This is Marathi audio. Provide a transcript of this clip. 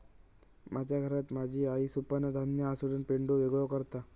माझ्या घरात माझी आई सुपानं धान्य हासडून पेंढो वेगळो करता